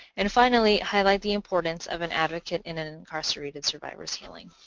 and finally highlight the importance of an advocate in an incarcerated survivor's healing.